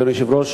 אדוני היושב-ראש,